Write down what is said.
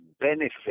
benefit